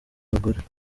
abagore